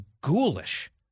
ghoulish